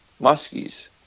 muskies